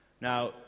Now